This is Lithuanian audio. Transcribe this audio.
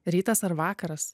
rytas ar vakaras